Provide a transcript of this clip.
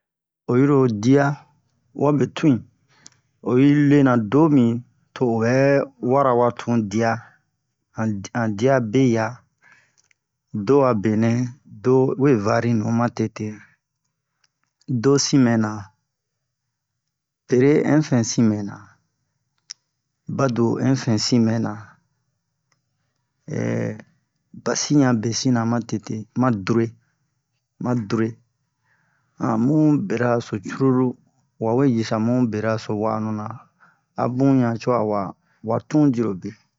oyi ro dia wabe tun oyi lena do mi to o bɛ wara wa tun dia han di han dia be ya do a benɛ do we fari nu ma tete do sin mɛna pere infin sin mɛna baduo infin sin mɛna basi han besina ma tete ma dure ma dure mu bere so cruru wa we jisa mu bera so wa'a nu na abun han co a wa tun diro be